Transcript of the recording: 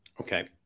Okay